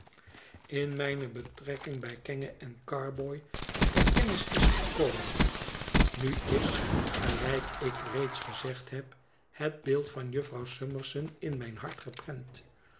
zinken schoon betrekking bij kenge en carboy ter kennis is gekomen nu is gelijk ik reeds gezegd heb het beeld van jufvrouw summerson in mijn hart geprent